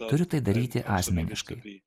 turiu tai daryti asmeniškai